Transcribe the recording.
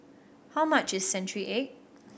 how much is century egg